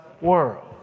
world